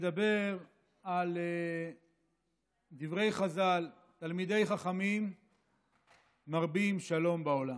ולדבר על דברי חז"ל "תלמידי חכמים מרבים שלום בעולם".